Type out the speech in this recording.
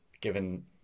given